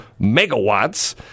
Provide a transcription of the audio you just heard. megawatts